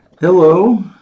Hello